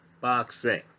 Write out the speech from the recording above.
boxing